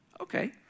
Okay